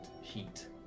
heat